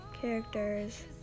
characters